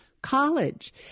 college